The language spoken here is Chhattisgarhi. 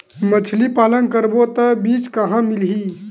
मछरी पालन करबो त बीज कहां मिलही?